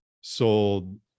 sold